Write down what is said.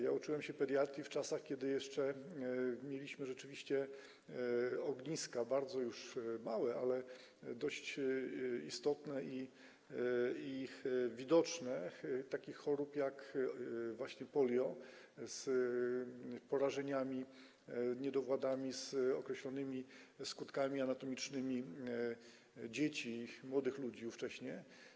Ja uczyłem się pediatrii w czasach, kiedy jeszcze mieliśmy ogniska - bardzo już małe, ale dość istotne i widoczne - takich chorób jak polio, z porażeniami, niedowładami, z określonymi skutkami anatomicznymi, u dzieci, młodych ludzi ówcześnie.